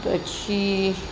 પછી